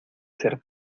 ser